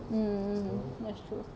mm that's true